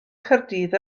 caerdydd